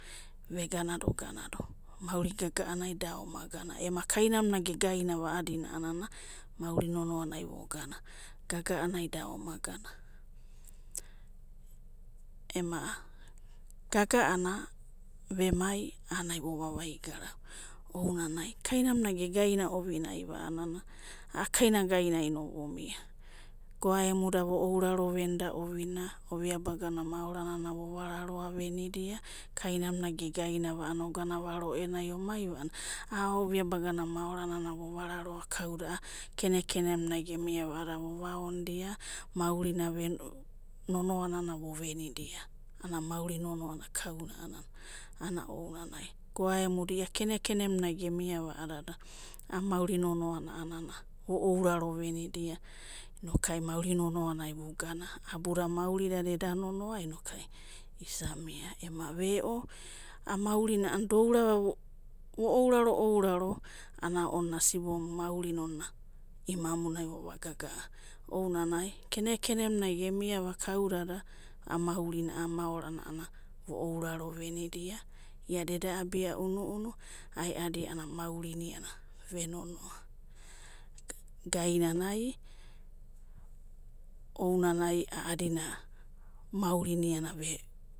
Ve ganado ganado, mauri gaga'anai da oma gana, ema gaga'ana, vemai ana vo vavai garau, ounanai kainamuna ge gaina ovinaiva a'anana, a'a kainagai nai no vo mia, goaemuda vo ounaro venida ovinai ovia bagana maoranana vo vararo venidia, kainamuna ge gainava a'ana oganava roenai omaivaa ana a'a ovia bagana maoranana vo vararoa kauda a'a kene kenemunai ge maiva a'adada vo vaonida, maurina nonoa'nana vo venidia, ana mauri nonoana kauna'anana, ana ounanai goaemuda ia keneken munai gemiava a'adada, a'a mauri nono'ana vo ouraro venidia, inokai ai mauri nonoanai vu gana, abuda mauridada eda nonoa unokai isa mia, ema ve'o, a'a maurina do'ourava, vo ouraro ouraro ana ona sibomu maurina imamunai vo va gaga'a, ounanai kene kene munai gemiava kaudada a'a maurina, maorana vo ounraro venidia iada eda abia unu'unu, aeadi iana maurina ve nonoa gainanai, ainanai a'adina maurina iana ve.